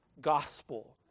gospel